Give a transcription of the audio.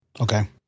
Okay